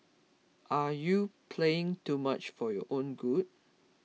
are you playing too much for your own good